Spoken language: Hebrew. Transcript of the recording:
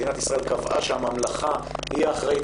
מדינת ישראל קבעה שהממלכה היא האחראית